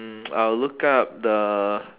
mm I'll look up the